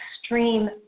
extreme